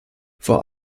vor